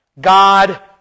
God